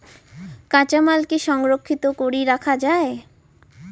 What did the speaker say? কাঁচামাল কি সংরক্ষিত করি রাখা যায়?